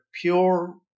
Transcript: pure